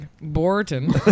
Borton